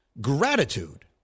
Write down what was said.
gratitude